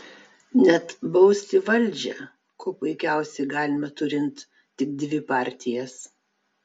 net bausti valdžią kuo puikiausiai galima turint tik dvi partijas